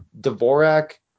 Dvorak